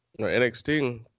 NXT